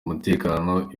umutekano